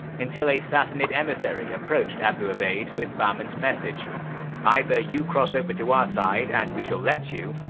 until a sassanid emissary approached abu ubayd with bahman's message either you cross over to our side, and we shall let you,